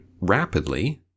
rapidly